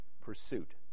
pursuit